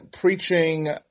preaching